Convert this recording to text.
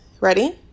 ready